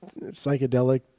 psychedelic